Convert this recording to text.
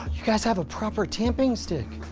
you guys have a proper tamping stick!